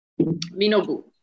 minobu